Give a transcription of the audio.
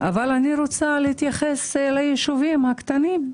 אבל אני רוצה להתייחס ליישובים הקטנים,